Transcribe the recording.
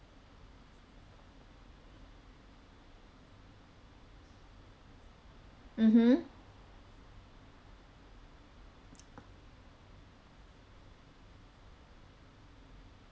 mmhmm